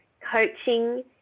coaching